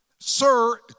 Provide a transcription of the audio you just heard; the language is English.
Sir